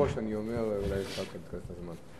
מראש אני אומר, אולי אפשר להתכנס בזמן.